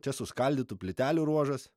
čia suskaldytų plytelių ruožas